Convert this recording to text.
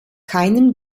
keinem